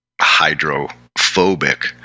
hydrophobic